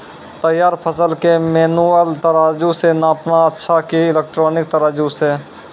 तैयार फसल के मेनुअल तराजु से नापना अच्छा कि इलेक्ट्रॉनिक तराजु से?